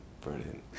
brilliant